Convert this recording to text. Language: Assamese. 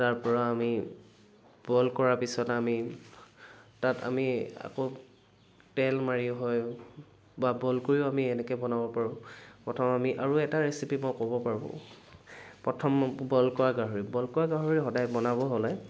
তাৰ পৰা আমি বইল কৰা পিছত আমি তাত আমি আকৌ তেল মাৰি হয় বা বইল কৰিও আমি এনেকে বনাব পাৰোঁ প্ৰথম আমি আৰু এটা ৰেচিপি মই ক'ব পাৰোঁ প্ৰথম বইল কৰা গাহৰি বইল কৰা গাহৰি সদায় বনাব হ'লে